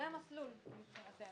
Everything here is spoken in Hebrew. זה המסלול מבחינתנו.